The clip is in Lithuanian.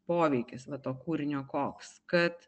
poveikis va to kūrinio koks kad